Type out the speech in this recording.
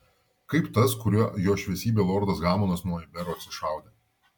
kaip tas kuriuo jo šviesybė lordas hamonas nuo iberų atsišaudė